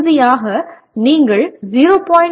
இறுதியாக நீங்கள் 0